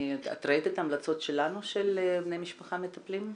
את ראית את ההמלצות שלנו לבני משפחה מטפלים?